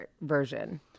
version